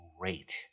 great